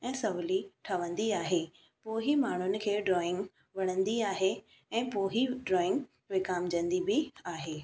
ऐं सहुली ठहंदी आहे पोइ ई माण्हुनि खे ड्रॉईंग वणंदी आहे ऐं पोइ ई ड्रॉईंग विकामजंदी बि आहे